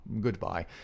good-bye